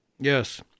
Yes